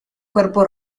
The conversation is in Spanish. cuerpo